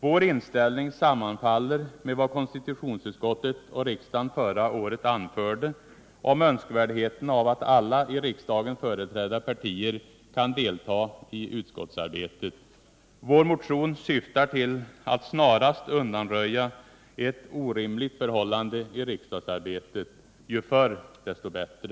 Vår inställning sammanfaller med vad konstitutionsutskottet och riksdagen förra året anförde om önskvärdheten av att alla i riksdagen företrädda partier kan delta i utskottsarbetet. Vår motion syftar till att snarast undanröja ett orimligt förhållande i riksdagsarbetet. Ju förr desto bättre!